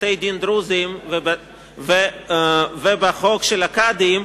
בתי-דין דרוזיים ובחוק של הקאדים,